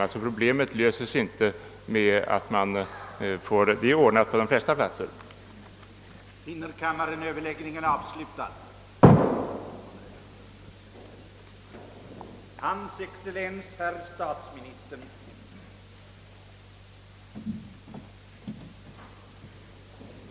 Det berörda problemet löses inte om inte sådana införes på alla platser där ljussignaler finns.